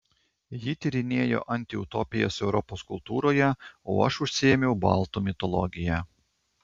ji tyrinėjo antiutopijas europos kultūroje o aš užsiėmiau baltų mitologija